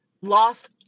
lost